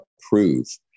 prove